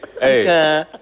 hey